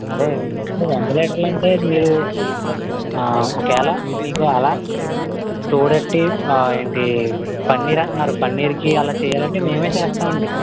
అదే వంద లీటర్లు అంటే మీరు ఒకేలా మీకు అలా తోడు పెట్టి ఏంటి పన్నీర్ అంటున్నారు పన్నీర్కి అలా చేయాలి అంటే మేమే చేస్తాము అండి